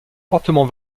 fortement